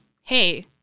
hey